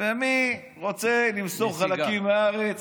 ומי רוצה למסור חלקים מהארץ,